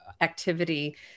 activity